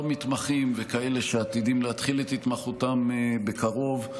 מתמחים וכאלה שעתידים להתחיל את התמחותם בקרוב,